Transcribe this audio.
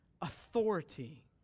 authority